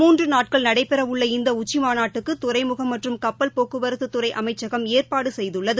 மூன்று நாட்கள் நடைபெறவுள்ள இந்த உச்சிமாநாட்டுக்கு துறைமுகம் மற்றும் கப்பல் போக்குவரத்து துறை அமைச்சகம் ஏற்பாடு செய்துள்ளது